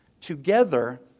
together